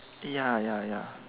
ya ya ya